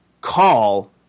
call –